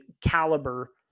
caliber